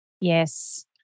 Yes